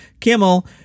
Kimmel